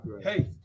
hey